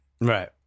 Right